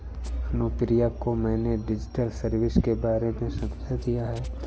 अनुप्रिया को मैंने digital service के बारे में समझा दिया है